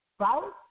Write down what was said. Right